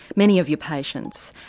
many of your patients,